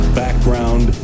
background